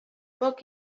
poc